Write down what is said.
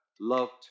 loved